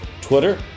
Twitter